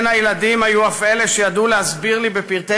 בין הילדים היו אף אלה שידעו להסביר לי בפרטי